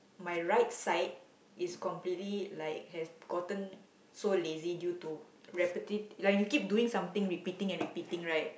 my right side is completely like has gotten so lazy due to repetit~ when you keep doing something repeating and repeating right